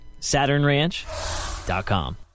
SaturnRanch.com